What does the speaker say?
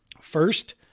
First